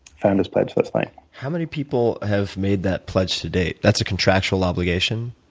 founder's pledge, that's right. how many people have made that pledge to date? that's a contractual obligation?